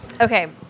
okay